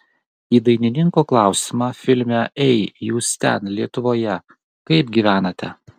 į dainininko klausimą filme ei jūs ten lietuvoje kaip gyvenate